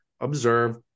observe